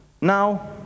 Now